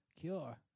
cure